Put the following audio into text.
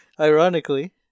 Ironically